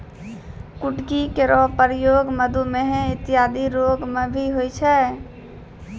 कुटकी केरो प्रयोग मधुमेह इत्यादि रोग म भी होय छै